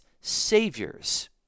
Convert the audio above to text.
saviors